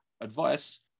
advice